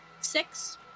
Six